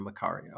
Macario